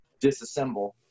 disassemble